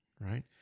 right